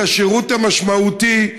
את השירות המשמעותי,